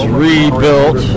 rebuilt